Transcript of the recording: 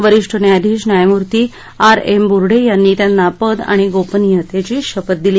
वरिष्ठ न्यायाधीश न्यायमूर्ती आर एम बोर्डे यांनी त्यांना पद आणि गोपनीयतेची शपथ दिली